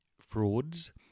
frauds